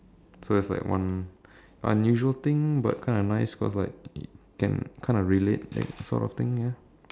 so it's like one unusual thing but kind of nice cause like can kind of relate like sort of thing ya